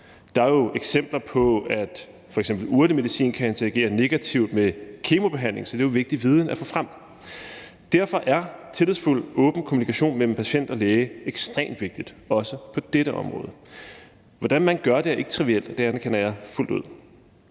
Der er jo eksempler på, at f.eks. urtemedicin kan interagere negativt med kemobehandling, så det er jo vigtig viden at få frem. Derfor er tillidsfuld, åben kommunikation mellem patient og læge ekstremt vigtigt også på dette område. Hvordan man gør det, er ikke trivielt, det anerkender jeg fuldt ud.